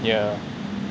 yeah